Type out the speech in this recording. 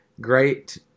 Great